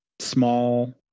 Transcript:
small